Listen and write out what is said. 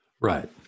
Right